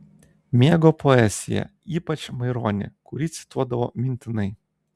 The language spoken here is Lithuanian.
mėgo poeziją ypač maironį kurį cituodavo mintinai